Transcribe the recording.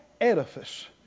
edifice